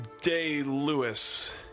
Day-Lewis